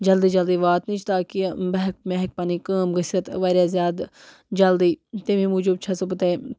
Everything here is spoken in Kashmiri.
جلدی جلدی واتنچ تاکہِ بہٕ ہٮ۪کہٕ مےٚ ہٮ۪کہِ پَنٕنۍ کٲم گٔژھِتھ واریاہ زیادٕ جلدی تٔمی موجوٗب چھَسو بہٕ تۄہہِ